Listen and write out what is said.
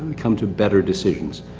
come to better decisions.